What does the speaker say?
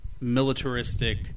militaristic